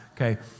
Okay